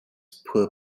poor